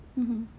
mmhmm